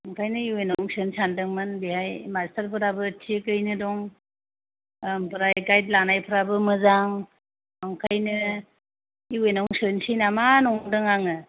ओंखायनो इउ एन आव सोनो सानदोंमोन बेहाय मास्टारफोराबो थिगैनो दं ओमफ्राय गायड लानायफ्राबो मोजां ओंखायनो इउ एन आवनो सोनोसै नामा नंदों आङो